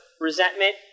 resentment